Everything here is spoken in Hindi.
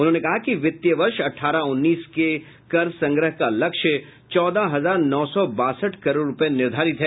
उन्होंने कहा कि वित्तीय वर्ष अठारह उन्नीस के कर संग्रह का लक्ष्य चौदह हजार नौ सौ बासठ करोड़ रूपये निर्धारित है